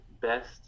best